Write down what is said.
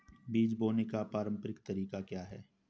बीज बोने का पारंपरिक तरीका क्या है?